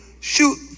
shoot